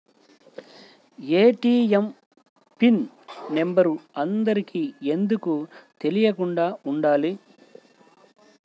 ATM pin number అందరికి ఎందుకు తెలియకుండా ఉండాలి?